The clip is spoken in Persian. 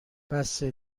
بسه